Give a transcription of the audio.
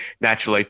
naturally